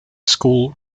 school